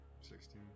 Sixteen